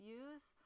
use